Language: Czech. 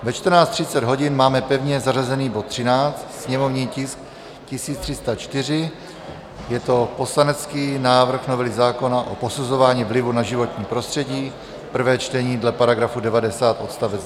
Ve 14.30 hodin máme pevně zařazený bod 13, sněmovní tisk 1304, je to poslanecký návrh novely zákona o posuzování vlivu na životní prostředí, prvé čtení dle § 90 odst.